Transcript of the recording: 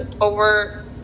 over